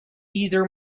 either